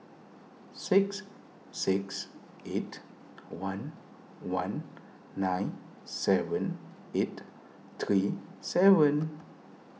six six eight one one nine seven eight three seven